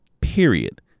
period